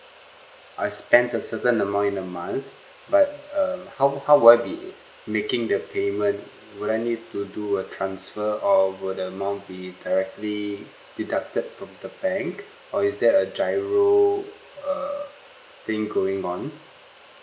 I spend a certain amount in a month but um how how will I be making the payment will I need to do a transfer or will the amount be directly deducted from the bank or is there a GIRO err thing going on